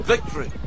Victory